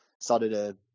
started